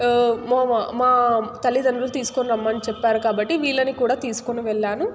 మా మా తల్లిదండ్రులు తీసుకొని రమ్మని చెప్పారు కాబట్టి వీళ్ళని కూడా తీసుకుని వెళ్లాను